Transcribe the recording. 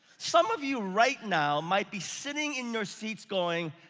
some of you right now might be sitting in your seats going,